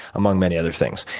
among many other things.